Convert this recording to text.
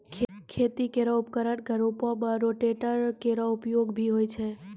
खेती केरो उपकरण क रूपों में रोटेटर केरो उपयोग भी होय छै